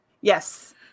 Yes